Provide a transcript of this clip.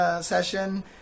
session